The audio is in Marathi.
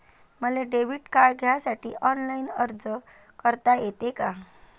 मले डेबिट कार्ड घ्यासाठी ऑनलाईन अर्ज करता येते का?